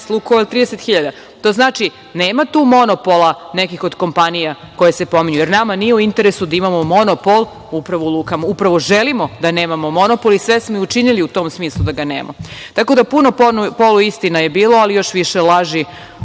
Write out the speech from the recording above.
„Lukol“ - 30.000. To znači da nema monopola nekih od kompanija koje se pominju, jer nama nije u interesu da imamo monopol, upravo u lukama. Želimo da nemamo monopol i sve smo učinili u tom smislu da ga nema. Tako da puno poluistina je bilo, ali još više laži,